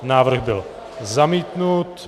Návrh byl zamítnut.